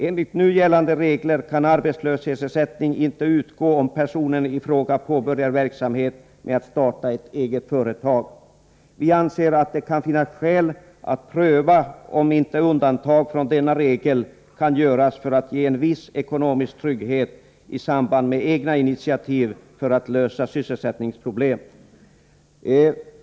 Enligt nu gällande regler kan arbetslöshetsersättning inte utgå om personen i fråga påbörjar en verksamhet med att starta eget företag. Vi anser att det kan finnas skäl att pröva om inte undantag från denna regel kan göras för att ge en viss ekonomisk trygghet i samband med egna initiativ för att lösa sysselsättningsproblem.